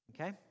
Okay